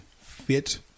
fit